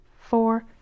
four